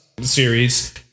series